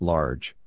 Large